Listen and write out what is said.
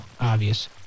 obvious